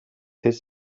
his